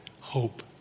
hope